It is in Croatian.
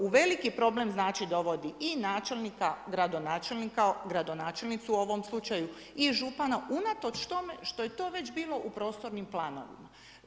U veliki problem dovodi i načelnika, gradonačelnika, gradonačelnicu u ovom slučaju i župana unatoč tome što je to već bilo u prostornim planovima.